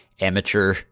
Amateur